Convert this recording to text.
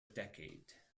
decade